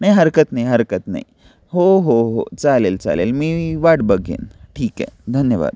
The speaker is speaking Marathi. नाही हरकत नाही हरकत नाही हो हो हो चालेल चालेल मी वाट बघेन ठीक आहे धन्यवाद